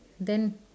then